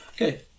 Okay